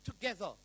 together